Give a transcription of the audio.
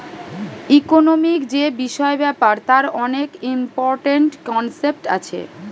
economic যে বিষয় ব্যাপার তার অনেক ইম্পরট্যান্ট কনসেপ্ট আছে